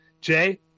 Jay